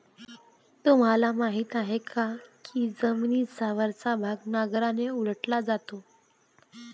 तुम्हाला माहीत आहे का की जमिनीचा वरचा भाग नांगराने उलटला जातो?